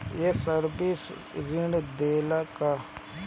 ये सर्विस ऋण देला का?